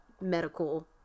medical